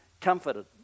comforted